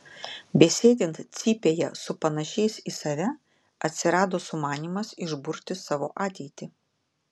besėdint cypėje su panašiais į save atsirado sumanymas išburti savo ateitį